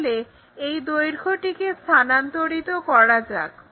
তাহলে এই দৈর্ঘ্যটিকে স্থানান্তরিত করা যাক